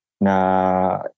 na